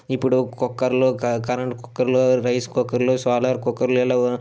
ఇప్పుడు కుక్కర్లు కరెంట్ కుక్కర్లు రైస్ కుక్కర్లు సోలర్ కుక్కర్లు ఇలా